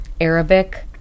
Arabic